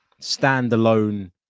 standalone